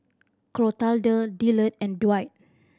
Clotilde Dillard and Dwight